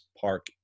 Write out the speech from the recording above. park